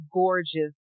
gorgeous